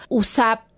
usap